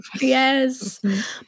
yes